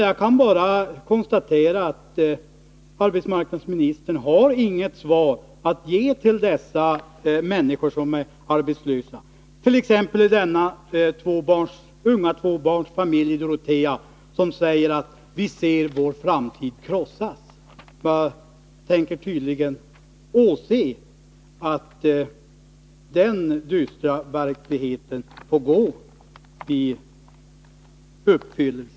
Jag kan bara konstatera att arbetsmarknadsministern inte har något svar att ge till de människor som är arbetslösa, t.ex. till den unga tvåbarnsfamilj i Dorotea som säger: ”Vi ser vår framtid krossad.” Man tänker tydligen åse att den dystra framtidsbilden får bli verklighet.